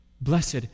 Blessed